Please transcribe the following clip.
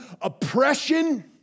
oppression